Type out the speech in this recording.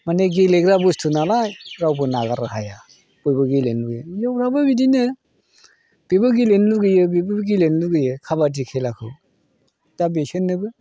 माने गेलेग्रा बुस्तु नालाय रावबो नागारनो हाया बयबो गेलेनो लुबैयो हिनजावफ्राबो बिदिनो बेबो गेलेनो लुबैयो बेबो गेलेनो लुबैयो काबाडि खेलाखौ दा बिसोरनोबो